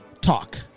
talk